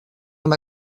amb